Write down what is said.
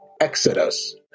Exodus